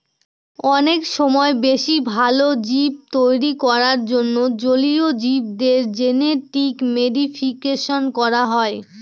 অনেক সময় বেশি ভালো জীব তৈরী করার জন্য জলীয় জীবদের জেনেটিক মডিফিকেশন করা হয়